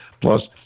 plus